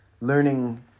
Learning